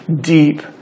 deep